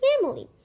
family